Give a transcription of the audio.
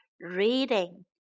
reading